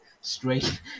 straight